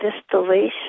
distillation